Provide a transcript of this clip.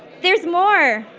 there's more,